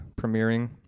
premiering